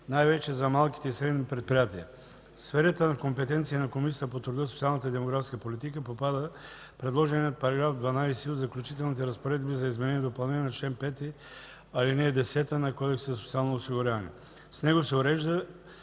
най-вече за малките и средните предприятия. В сферата на компетенции на Комисията по труда, социалната и демографската политика попада предложеният § 12 от Заключителните разпоредби за изменение и допълнение на чл. 5, ал. 10 на Кодекса за социално осигуряване. С него се урежда